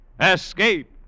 Escape